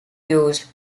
used